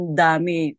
dami